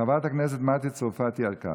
חברת הכנסת מטי צרפתי הרכבי.